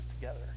together